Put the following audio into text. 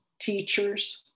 teachers